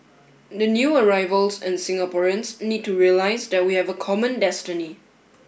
the new arrivals and Singaporeans need to realise that we have a common destiny